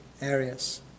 areas